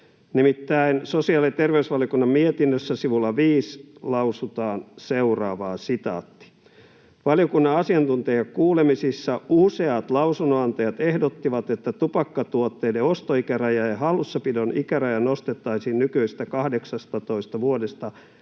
sosiaali‑ ja terveysvaliokunnan mietinnössä sivulla viisi lausutaan seuraavaa: ”Valiokunnan asiantuntijakuulemisissa useat lausunnonantajat ehdottivat, että tupakkatuotteiden ostoikäraja ja hallussapidon ikäraja nostettaisiin nykyisestä 18 vuodesta